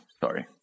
Sorry